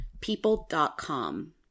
People.com